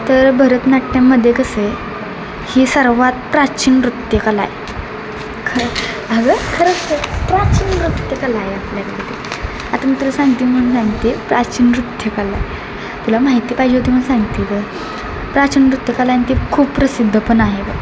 तर भरतनाट्यममध्ये कसं आहे ही सर्वात प्राचीन नृत्यकला आहे ख अगं खरंच तर प्राचीन नृत्यकला आहे आपल्याकडे ती आता मी तुला सांगते म्हणून सांगते प्राचीन नृत्यकला आहे तुला माहिती पाहिजे होती मग सांगते गं प्राचीन नृत्यकला आणि ते खूप प्रसिद्ध पण आहे का